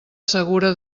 segura